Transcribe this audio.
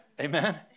Amen